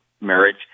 marriage